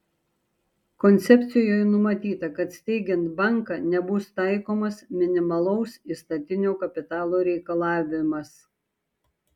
koncepcijoje numatyta kad steigiant banką nebus taikomas minimalaus įstatinio kapitalo reikalavimas